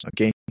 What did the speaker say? Okay